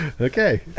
Okay